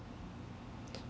right